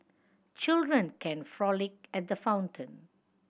children can frolic at the fountain